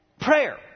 prayer